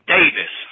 Davis